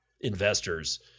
Investors